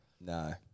no